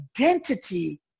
identity